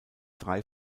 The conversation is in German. drei